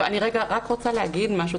אני רוצה להגיד משהו.